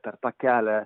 per tą kelią